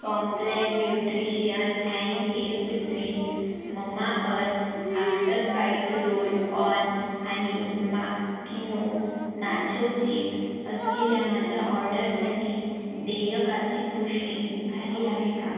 Complan nutrition and health drink Mamaearth after bite roll on आणि Makino nacho chips असलेल्या माझ्या ऑर्डरसाठी देयकाची पुष्टी झाली आहे का